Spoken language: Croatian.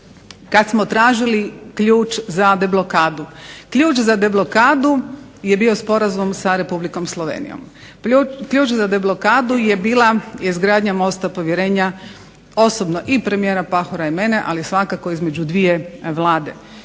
kada smo tražili ključ za deblokadu. Ključ za deblokadu je bio sporazum sa Republikom Slovenijom, ključ za deblokadu je bila izgradnja mosta povjerenja osobno i premijera Pahora i mene ali svakako između dvije Vlade